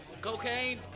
cocaine